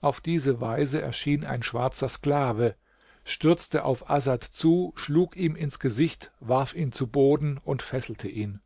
auf diese worte erschien ein schwarzer sklave stürzte auf asad zu schlug ihn ins gesicht warf ihn zu boden und fesselte ihn